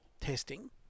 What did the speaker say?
Testing